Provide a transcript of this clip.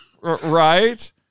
right